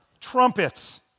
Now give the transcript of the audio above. Trumpets